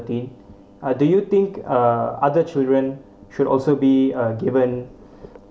are do you think uh other children should also be uh given